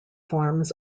forms